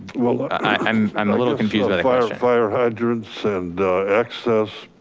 well, i'm i'm a little confused fire fire hydrants and access.